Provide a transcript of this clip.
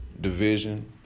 division